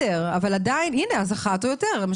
הנה, אחת או יותר.